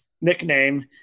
nickname